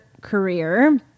career